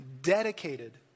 dedicated